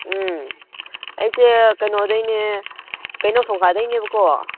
ꯎꯝ ꯑꯩꯁꯦ ꯀꯩꯅꯣꯗꯩꯅꯦ ꯀꯩꯅꯧ ꯊꯣꯡꯈꯥꯗꯩꯅꯦꯕꯀꯣ